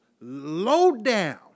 low-down